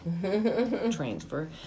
transfer